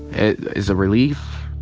it is a relief,